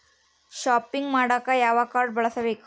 Shopping ಮಾಡಾಕ ಯಾವ card ಬಳಸಬೇಕು?